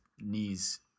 knees